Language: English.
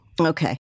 Okay